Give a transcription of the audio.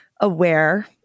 aware